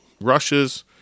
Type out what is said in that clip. rushes